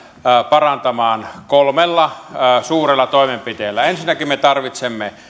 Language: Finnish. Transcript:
parantamaan kolmella suurella toimenpiteellä ensinnäkin me tarvitsemme